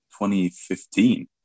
2015